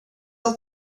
att